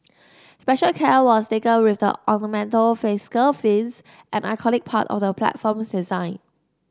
special care was taken with the ornamental fascia fins an iconic part of the platform's design